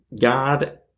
God